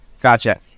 gotcha